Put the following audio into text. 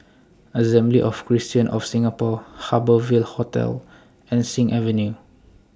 Assembly of Christians of Singapore Harbour Ville Hotel and Sing Avenue